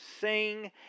sing